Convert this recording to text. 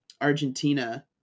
Argentina